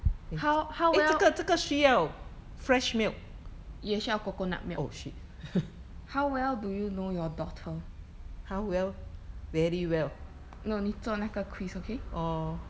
how how well 也需要 coconut milk how well do you know your daughter no 你做那个 quiz okay